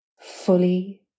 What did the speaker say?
fully